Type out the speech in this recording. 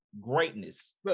greatness